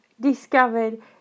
discovered